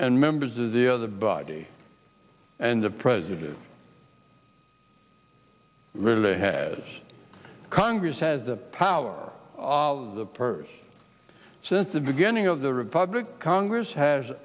and members of the other body and the president really has congress has the power of the purse since the beginning of the republic congress has